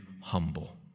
humble